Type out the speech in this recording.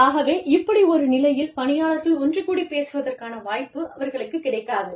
ஆகவே இப்படி ஒரு நிலையில் பணியாளர்கள் ஒன்று கூடிப் பேசுவதற்கான வாய்ப்பு அவர்களுக்குக் கிடைக்காது